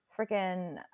freaking